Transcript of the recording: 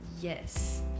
yes